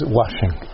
washing